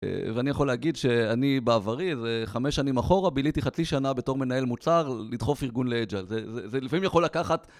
ואני יכול להגיד שאני בעברי איזה חמש שנים אחורה ביליתי חצי שנה בתור מנהל מוצר לדחוף ארגון לאג'ייל, זה לפעמים יכול לקחת